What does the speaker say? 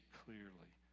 clearly